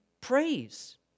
praise